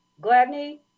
Gladney